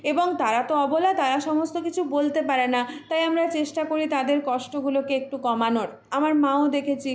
এবং তারা তো অবলা তারা সমস্ত কিছু বলতে পারে না তাই আমরা চেষ্টা করি তাদের কষ্টগুলোকে একটু কমানোর আমার মাও দেখেছি